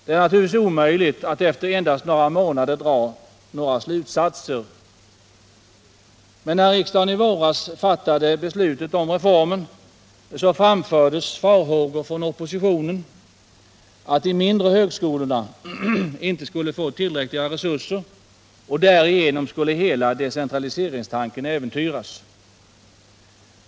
Det är naturligtvis omöjligt att efter endast några månader dra några slutsatser. När riksdagen i våras fattade beslutet om reformen, framfördes farhågor från oppositionen att de mindre högskolorna inte skulle få tillräckliga resurser och att därigenom hela decentraliseringstanken skulle äventyras.